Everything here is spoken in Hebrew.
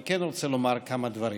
אני כן רוצה לומר כמה דברים.